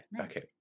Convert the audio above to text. Okay